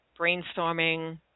brainstorming